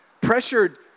Pressured